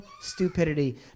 stupidity